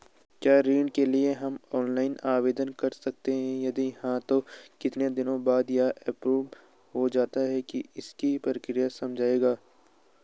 क्या ऋण के लिए हम ऑनलाइन आवेदन कर सकते हैं यदि हाँ तो कितने दिन बाद यह एप्रूव हो जाता है इसकी प्रक्रिया समझाइएगा?